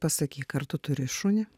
pasakyk ar tu turi šunį